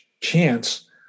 chance